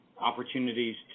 opportunities